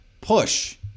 push